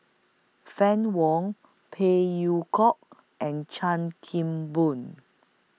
Fann Wong Phey Yew Kok and Chan Kim Boon